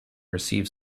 receive